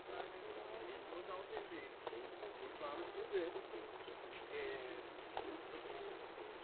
تو کڑاہی میں بے پناہ آگ ابل رہی تھی جس کی لپٹیں